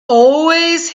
always